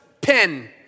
pen